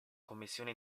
commissione